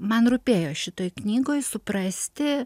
man rūpėjo šitoj knygoj suprasti